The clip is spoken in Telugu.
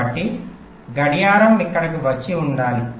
కాబట్టి గడియారం ఇక్కడకు వచ్చి ఉండాలి